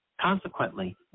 Consequently